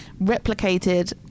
replicated